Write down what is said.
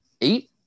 eight